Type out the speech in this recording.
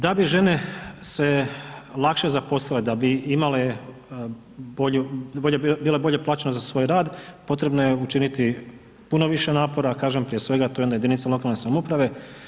Da bi žene se lakše zaposlile, da bi imale da bi bile bolje plaćene za svoj rad potrebno je učiniti puno više napora kažem prije svega to je na jedinicama lokalne samouprave.